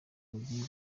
bagiye